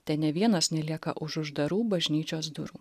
tai ne vienas nelieka už uždarų bažnyčios durų